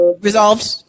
Resolved